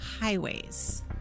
highways